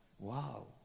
wow